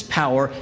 power